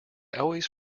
always